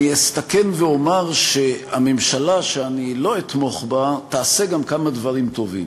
אני אסתכן ואומר שהממשלה שאני לא אתמוך בה תעשה גם כמה דברים טובים,